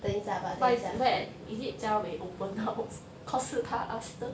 but is where is it jia wei open house cause 是他 ask 的